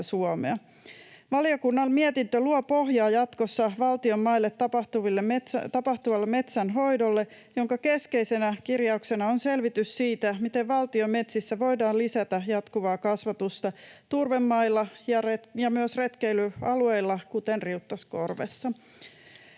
Valiokunnan mietintö luo pohjaa jatkossa valtion maille tapahtuvalle metsänhoidolle, jonka keskeisenä kirjauksena on selvitys siitä, miten valtion metsissä voidaan lisätä jatkuvaa kasvatusta turvemailla ja myös retkeilyalueilla, kuten Riuttaskorvessa.